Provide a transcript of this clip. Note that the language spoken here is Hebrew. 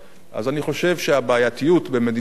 אז אני חושב שהבעייתיות במדיניות החוץ